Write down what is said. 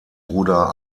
bruder